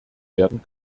werden